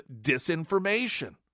disinformation